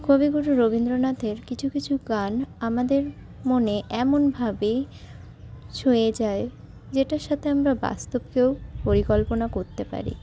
কবিগুরু রবীন্দ্রনাথের কিছু কিছু গান আমাদের মনে এমনভাবে ছুঁয়ে যায় যেটার সাথে আমরা বাস্তবকেও পরিকল্পনা করতে পারি